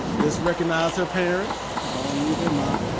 let's recognize her parents, i don't wanna leave them out.